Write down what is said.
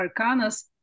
arcanas